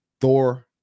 Thor